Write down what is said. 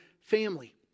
family